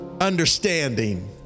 understanding